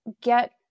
get